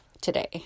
today